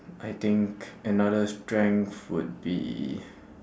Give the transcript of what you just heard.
I think another strength would be